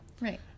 Right